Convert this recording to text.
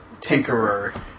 Tinkerer